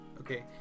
Okay